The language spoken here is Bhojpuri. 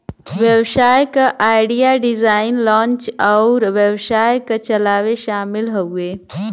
व्यवसाय क आईडिया, डिज़ाइन, लांच अउर व्यवसाय क चलावे शामिल हउवे